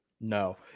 No